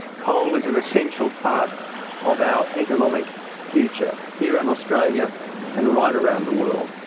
coal is an essential part of our economic future here in australia and right around the world.